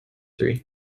three